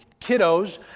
kiddos